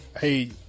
Hey